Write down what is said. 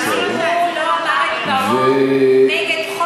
אוי, באמת, זה לא מה שהציבור אמר, יריב.